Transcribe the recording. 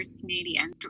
Canadian